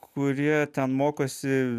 kur jie ten mokosi